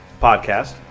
podcast